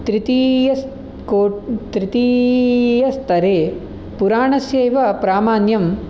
तृतीयस्को तृतीयस्तरे पुराणस्य एव प्रामान्यं